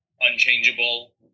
unchangeable